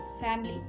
family